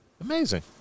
amazing